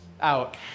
out